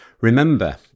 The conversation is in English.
Remember